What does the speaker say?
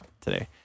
today